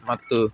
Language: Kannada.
ಮತ್ತು